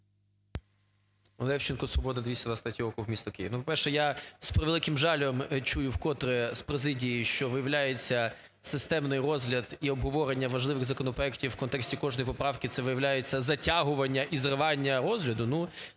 Левченко, "Свобода", 223 округ, місто Київ. Ну, по-перше, я з превеликим жалем чую вкотре з президії, що виявляється, системний розгляд і обговорення важливих законопроектів у контексті кожної поправки, це, виявляється "затягування і зривання розгляду".